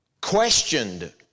questioned